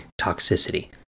toxicity